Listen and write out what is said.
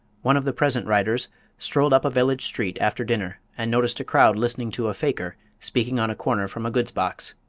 one of the present writers strolled up a village street after dinner and noticed a crowd listening to a faker speaking on a corner from a goods-box.